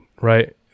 right